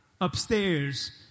upstairs